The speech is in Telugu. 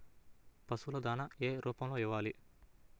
పశువుల దాణా ఏ రూపంలో ఇవ్వాలి?